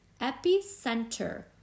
epicenter